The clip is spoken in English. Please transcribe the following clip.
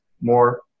more